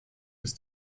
bis